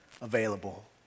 available